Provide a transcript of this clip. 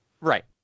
Right